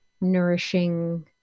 nourishing